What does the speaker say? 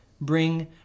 Bring